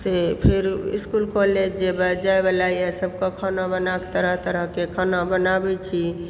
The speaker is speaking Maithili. से फेर इस्कूल कॉलेज जे जाइवाला यऽ सभकेँ खाना बनाके तरह तरहकेँ खाना बनाबैत छी